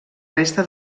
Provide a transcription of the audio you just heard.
resta